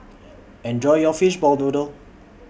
Enjoy your Fishball Noodle